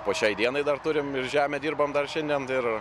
po šiai dienai dar turim ir žemę dirbam dar šiandien ir